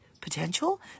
Potential